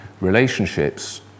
relationships